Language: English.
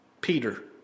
Peter